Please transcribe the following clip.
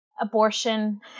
abortion